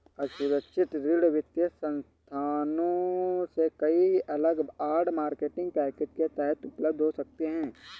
असुरक्षित ऋण वित्तीय संस्थानों से कई अलग आड़, मार्केटिंग पैकेज के तहत उपलब्ध हो सकते हैं